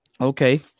Okay